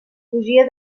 fugia